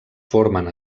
formen